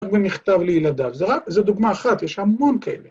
רק במכתב לילדיו, זה רק זו דוגמה אחת, יש המון כאלה.